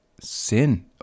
sin